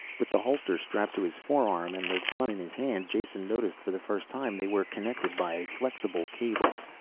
with the holster strapped to his forearm and the gun in his hand, jason noticed for the first time they were connected by a flexible cable.